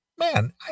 man